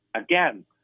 Again